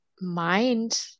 mind